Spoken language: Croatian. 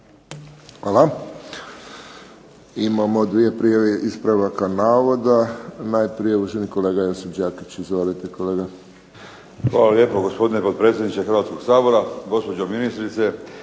Hvala. Imamo dvije prijave ispravaka navoda. Najprije uvaženi kolega Josip Đakić. Izvolite kolega. **Đakić, Josip (HDZ)** Hvala lijepo gospodine potpredsjedniče Hrvatskog sabora, gospođo ministrice.